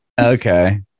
Okay